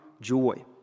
joy